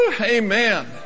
Amen